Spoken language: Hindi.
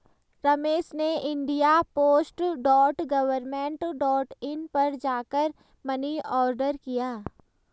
रमेश ने India post dot government dot in पर जा कर मनी ऑर्डर किया